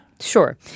Sure